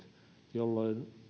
jolloin